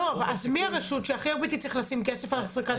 אז מי הרשות שתצטרך לשים הכי הרבה כסף על אחזקת קווי חיץ?